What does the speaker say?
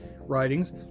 writings